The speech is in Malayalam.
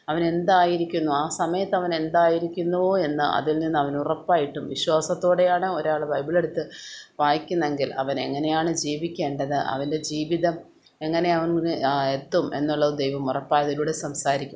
അവൻ എന്തായിരിക്കുന്നു ആ സമയത്ത് അവൻ എന്തായിരിക്കുന്നുവോ എന്ന് അതിൽ നിന്നും അവന് ഉറപ്പായിട്ടും വിശ്വാസത്തോടെയാണ് ഒരാൾ ബൈബിൾ എടുത്ത് വായിക്കുന്നതെങ്കിൽ അവന് എങ്ങനെയാണ് ജീവിക്കേണ്ടത് അവൻറെ ജീവിതം എങ്ങനെയാവും എന്ന് എത്തും എന്നുള്ളത് ദൈവം ഉറപ്പായും അതിലൂടെ സംസാരിക്കും